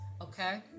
Okay